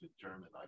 German